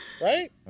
right